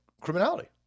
criminality